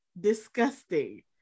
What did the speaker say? disgusting